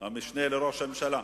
גם המשנה לראש הממשלה.